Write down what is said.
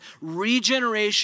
regeneration